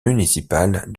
municipale